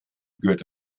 gehört